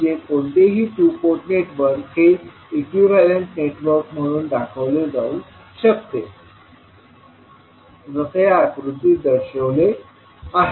म्हणजे कोणतेही two port network हे इक्विवलेंट नेटवर्क म्हणून दर्शविले जाऊ शकते जसे या आकृतीत दर्शवले आहे